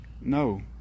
No